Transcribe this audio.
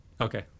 Okay